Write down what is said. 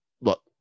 look